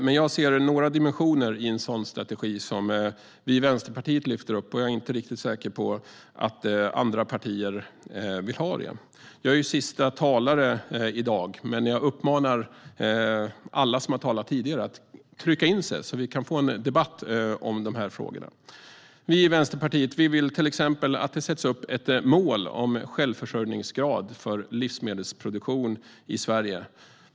Men jag ser några dimensioner i en sådan strategi som vi i Vänsterpartiet vill lyfta fram, och jag är inte riktigt säker på att andra partier vill ha det. Jag är siste talare i dag, men jag uppmanar alla som deltagit i debatten att begära ordet så att det kan bli en debatt i dessa frågor. Vi i Vänsterpartiet vill till exempel att det sätts upp ett mål om självförsörjningsgrad för livsmedelsproduktion i Sverige.